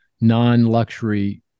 non-luxury